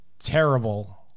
Terrible